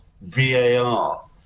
VAR